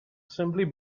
simply